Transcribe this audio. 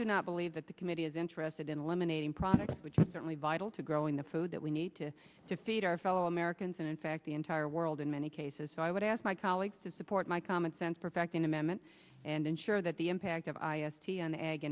do not believe that the committee is interested in eliminating products which is certainly vital to growing the food that we need to to feed our fellow americans and in fact the entire world in many cases so i would ask my colleagues to support my common sense perfecting amendment and ensure that the impact of i s